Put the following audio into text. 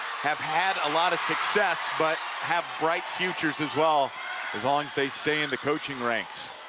have had a lot of success but have bright futures as well as long as they stay in the coaching ranks.